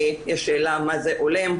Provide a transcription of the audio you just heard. יש שאלה מה זה הולם.